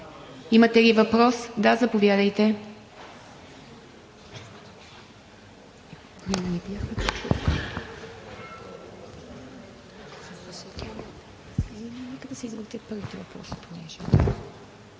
Имате ли въпрос? Заповядайте.